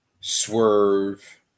Swerve